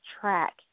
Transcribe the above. track